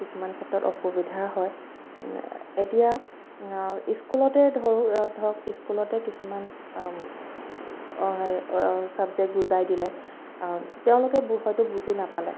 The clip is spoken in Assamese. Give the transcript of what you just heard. কিছুমান ক্ষেত্ৰত অসুবিধা হয় এতিয়া স্কুলতে ধৰোঁ ধৰক স্কুলতে কিছুমান অ' সেই চাবজেক্ট বুজাই দিলে তেওঁলোকে হয়তো বুজি নাপালে